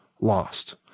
lost